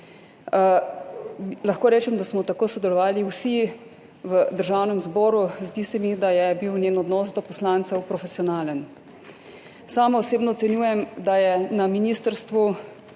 lahko rečem, da smo tako sodelovali vsi v državnem zboru. Zdi se mi, da je bil njen odnos do poslancev profesionalen. Sama osebno ocenjujem, da je na ministrstvu